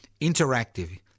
interactive